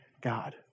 God